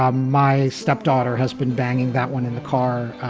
um my stepdaughter has been banging that one in the car.